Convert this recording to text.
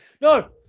no